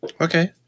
Okay